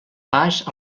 pas